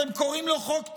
אתם קוראים לו חוק טבריה,